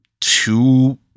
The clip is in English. two